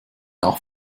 auch